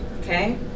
Okay